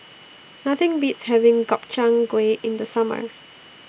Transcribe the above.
Nothing Beats having Gobchang Gui in The Summer